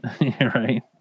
right